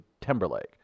Timberlake